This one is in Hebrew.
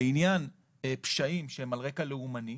לעניין פשעים שהם על רקע לאומני,